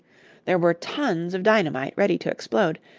there were tons of dynamite ready to explode,